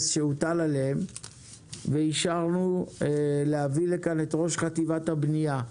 שהוטל עליהם ואישרנו להביא את ראש חטיבת הבנייה.